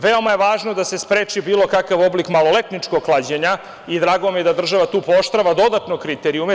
Veoma je važno da se spreči bilo kakav oblik maloletničkog klađenja i drago mi je da država tu pooštrava dodatno kriterijume.